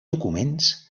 documents